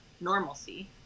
normalcy